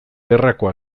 gerrako